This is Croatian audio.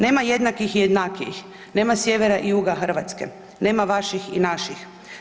Nema jednakih i jednakijih, nema sjevera i juga Hrvatske, nema vaših i naših.